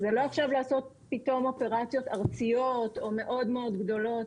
זה לא עכשיו לעשות פתאום אופרציות ארציות או מאוד מאוד גדולות,